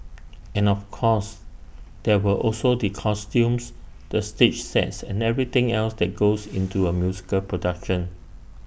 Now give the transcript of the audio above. and of course there were also the costumes the stage sets and everything else that goes into A musical production